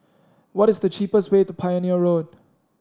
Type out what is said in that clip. what is the cheapest way to Pioneer Road